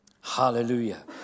Hallelujah